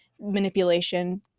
manipulation